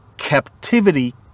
Captivity